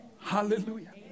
Hallelujah